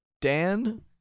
Dan